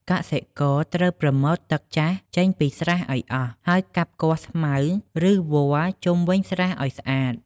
កសិករត្រូវបូមទឹកចាស់ចេញពីស្រះឲ្យអស់ ហើយកាប់គាស់ស្មៅ ឬវល្លិជុំវិញស្រះឲ្យស្អាត។